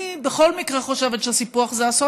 אני בכל מקרה חושבת שסיפוח זה אסון,